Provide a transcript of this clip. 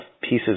pieces